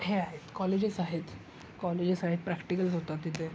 हे आहेत कॉलेजेस आहेत कॉलेजेस आहेत प्रॅक्टिकल्स होतात तिथे